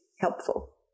helpful